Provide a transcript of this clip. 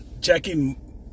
checking